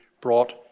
brought